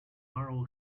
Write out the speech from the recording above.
arrow